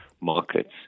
markets